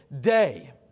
day